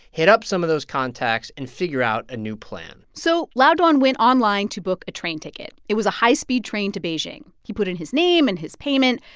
hit up some of those contacts and figure out a new plan so lao dwan went online to book a train ticket. it was a high-speed train to beijing. he put in his name and his payment.